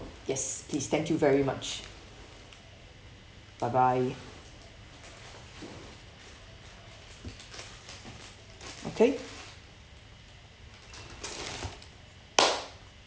yes please thank you very much bye bye okay